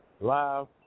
live